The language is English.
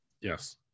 Yes